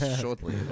Shortly